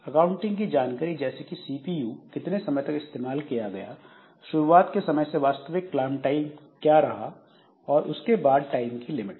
accounting की जानकारी जैसे कि सीपीयू कितने समय तक इस्तेमाल किया गया शुरुआत के समय से वास्तविक क्लॉक टाइम क्या रहा और उसके बाद टाइम की लिमिट